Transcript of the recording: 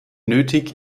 nötig